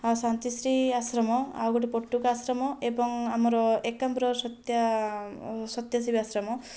ଆ ଶାନ୍ତିଶ୍ରୀ ଆଶ୍ରମ ଆଉ ଗୋଟିଏ ପଟୁକା ଆଶ୍ରମ ଏବଂ ଆମର ଏକାମ୍ର ସତ୍ୟା ସତ୍ୟସିବ ଆଶ୍ରମ